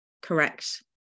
correct